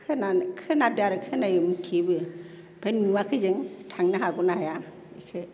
खोनानाय खोनादो आरो खोनायो मिथियोबो ओमफ्राय नुवाखै जों थांनो हागौ ना हाया बेखौ